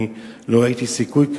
אני לא ראיתי סיכוי,